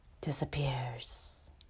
disappears